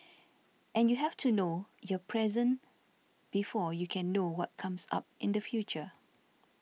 and you have to know your present before you can know what comes up in the future